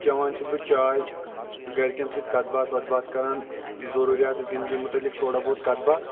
چیٚوان چھُس بہٕ چاے گَرکٮ۪ن سۭتۍ کتھ باتھ وَتھ باتھ کَران ضروریاتہِ زِنٛدگی مُتعلِق تھوڑا بہت کتھ باتھ